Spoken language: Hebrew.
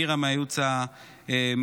נירה מהייעוץ המשפטי,